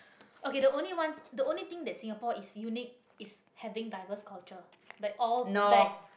okay the only one the only thing that singapore is unique is having diverse culture like all that